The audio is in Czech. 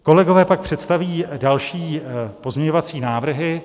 Kolegové pak představí další pozměňovací návrhy.